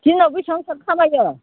दिनाव बेसेबां बेसेबां खामायो